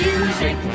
Music